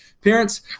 parents